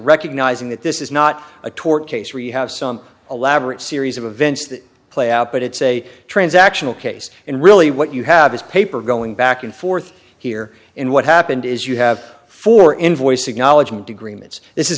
recognizing that this is not a tort case where you have some elaborate series of events that play out but it's a transactional case and really what you have is paper going back and forth here in what happened is you have four invoice acknowledge